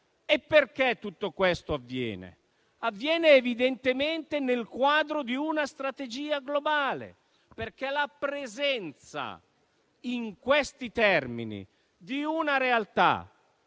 Perché tutto questo avviene? Avviene evidentemente nel quadro di una strategia globale. La presenza in questi termini di una realtà